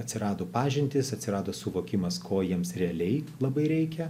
atsirado pažintys atsirado suvokimas ko jiems realiai labai reikia